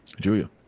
julia